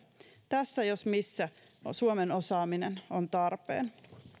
tässä jos missä suomen osaaminen on tarpeen